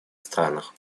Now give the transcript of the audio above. странах